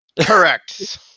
Correct